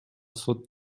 сот